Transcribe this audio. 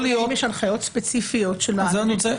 האם יש הנחיות ספציפיות --- על זה אני רוצה לשאול.